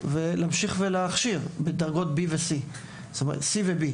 להמשיך ולהכשיר בדרגות C ו-B.